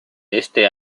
ese